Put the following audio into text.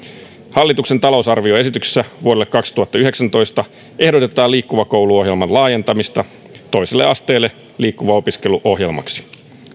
hallituksen talousarvioesityksessä vuodelle kaksituhattayhdeksäntoista ehdotetaan liikkuva koulu ohjelman laajentamista toiselle asteelle liikkuva opiskelu ohjelmaksi